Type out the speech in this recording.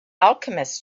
alchemists